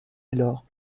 alors